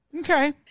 Okay